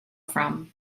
from